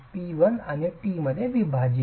P 1 आणि t मध्ये विभाजित